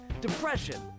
depression